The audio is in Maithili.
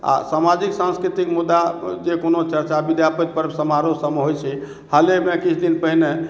आ सामाजिक संस्कृतिक मुद्दा पर जे कोनो चर्चा विद्यापति पर्व समारोह सभमे होइ छै हालमे किछु दिन पहीने